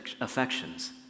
affections